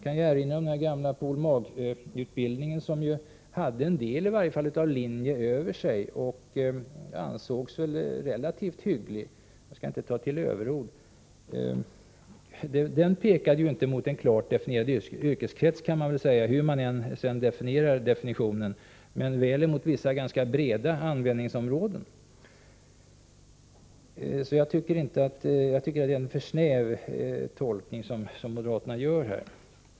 Låt mig erinra om den gamla pol.mag.-utbildningen, som hade en del av linje över sig och som ansågs vara relativt bra — jag skall inte ta till överord. Den pekade inte mot en klart definierad yrkeskrets men väl mot vissa ganska breda användningsområden. Jag tycker således att moderaterna här gör en för snäv tolkning av begreppet.